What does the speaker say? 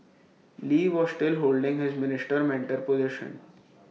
lee was still holding his minister mentor position